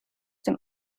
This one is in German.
dem